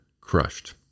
crushed